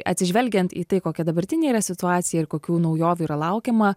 atsižvelgiant į tai kokia dabartinė yra situacija ir kokių naujovių yra laukiama